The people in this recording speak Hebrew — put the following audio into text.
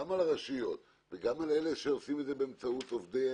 גם על הרשויות המקומיות וגם על אלה שעושים את זה באמצעות עובדיהם